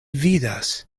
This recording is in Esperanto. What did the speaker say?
vidas